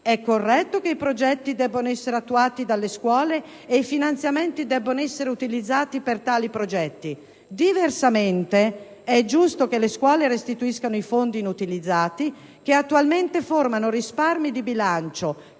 È corretto che i progetti debbano essere attuati dalle scuole e i finanziamenti debbano essere utilizzati per tali progetti. Diversamente, è giusto che le scuole restituiscano i fondi inutilizzati, che attualmente formano risparmi di bilancio